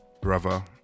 brother